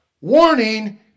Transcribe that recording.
warning